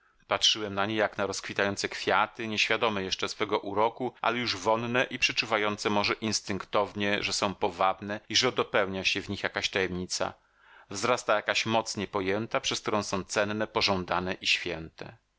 patrzyłem na nie jak na rozkwitające kwiaty nieświadome jeszcze swego uroku ale już wonne i przeczuwające może instynktownie że są powabne i że dopełnia się w nich jakaś tajemnica wzrasta jakaś moc niepojęta przez którą są cenne pożądane i święte